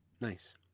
Nice